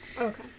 Okay